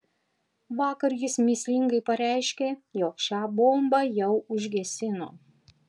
vakar jis mįslingai pareiškė jog šią bombą jau užgesino